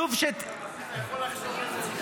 אתה יכול לחזור על זה?